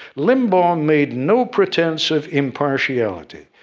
limbaugh made no pretense of impartiality.